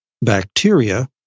bacteria